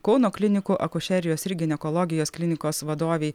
kauno klinikų akušerijos ir ginekologijos klinikos vadovei